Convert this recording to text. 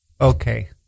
Okay